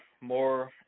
more